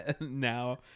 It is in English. now